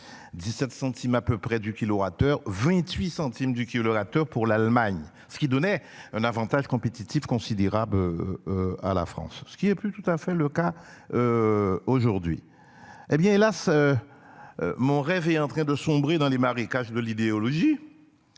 17 centimes à peu près du kWh 28 centimes du kW/h pour l'Allemagne ce qui donnait un Avantage compétitif considérable. À la France, ce qui est plus tout à fait le cas. Aujourd'hui. Hé bien, hélas. Mon rêve est en train de sombrer dans les marécages de l'idéologie.